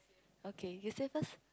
okay you say first